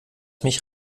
mich